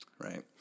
right